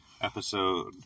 episode